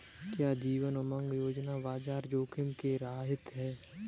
क्या जीवन उमंग योजना बाजार जोखिम से रहित है?